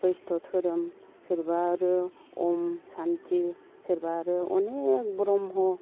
बैष्णब धोरोम सोरबा आरो ऊँंम सान्ति सोरबा आरो अनेख ब्रह्मफोर